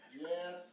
Yes